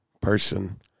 person